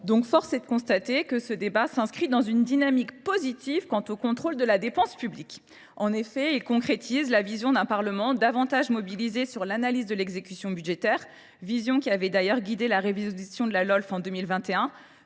Donc force est de constater que ce débat s'inscrit dans une dynamique positive quant au contrôle de la dépense publique. En effet, il concrétise la vision d'un Parlement davantage mobilisé sur l'analyse de l'exécution budgétaire, vision qui avait d'ailleurs guidé la révolution de la LoL en 2021,